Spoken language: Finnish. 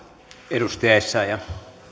arvoisa puhemies